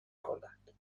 کند